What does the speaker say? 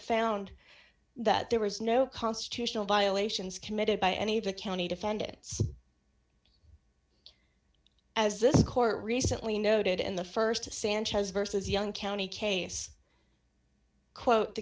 found that there was no constitutional violations committed by any of the county defend it as this court recently noted in the st sanchez versus young county case quote the